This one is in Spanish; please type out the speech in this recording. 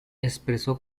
expresó